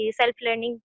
self-learning